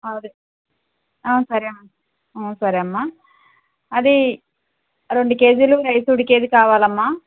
అదే సరే అమ్మా సరే అమ్మా అదీ రెండు కేజీలు రైస్ ఉడికేది కావాలమ్మా